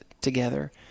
together